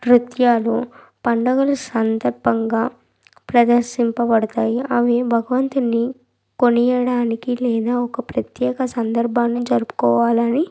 నృత్యాలు పండుగలు సందర్భంగా ప్రదర్శింపబడుతాయి అవి భగవంతుడిని కొనియడడానికి లేదా ఒక ప్రత్యేక సందర్భాన్ని జరుపుకోవాలని